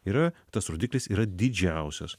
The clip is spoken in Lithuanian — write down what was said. yra tas rodiklis yra didžiausias